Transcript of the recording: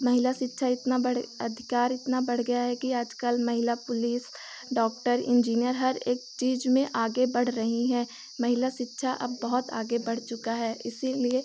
महिला शिक्षा इतना बढ़ अधिकार इतना बढ़ गया है कि आजकल महिला पुलिस डॉक्टर इन्जीनियर हर एक चीज़ में आगे बढ़ रही हैं महिला शिक्षा अब बहुत आगे बढ़ चुकी है इसीलिए